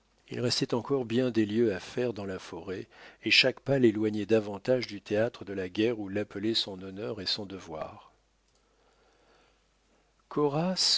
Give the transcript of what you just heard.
il restait encore bien des lieues à faire dans la forêt et chaque pas léloignait davantage du théâtre de la guerre où l'appelaient son honneur et son devoir